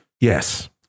Yes